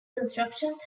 constructions